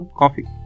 coffee